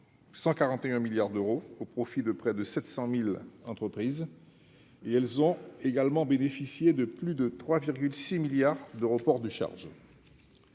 141 milliards d'euros au profit de près de 700 000 entreprises. Ces dernières ont également bénéficié de plus de 3,6 milliards d'euros de report de charges.